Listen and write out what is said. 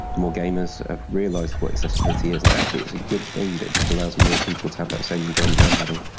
more gamers have realised what accessibility is, and actually it's a good thing that just allows more people to have that same enjoyment they are having.